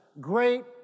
great